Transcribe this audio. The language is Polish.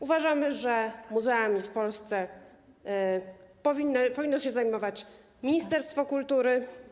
Uważamy, że muzeami w Polsce powinno się zajmować ministerstwo kultury.